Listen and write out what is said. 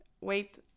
wait